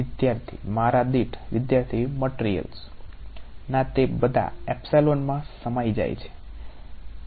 વિદ્યાર્થી મારા દીઠ વિદ્યાર્થી મટીરીયલ્સ ના તે બધા માં સમાઈ જાય છે